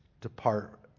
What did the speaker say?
depart